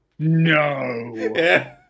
No